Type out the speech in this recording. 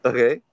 Okay